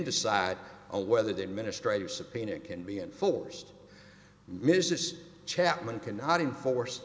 decide whether the administrators subpoena can be enforced mrs chapman cannot enforce